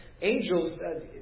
angels